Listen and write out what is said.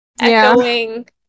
echoing